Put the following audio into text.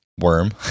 Worm